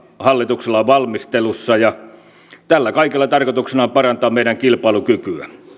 hallituksella on valmistelussa ja tällä kaikella tarkoituksena on parantaa meidän kilpailukykyämme